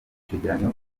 cegeranyo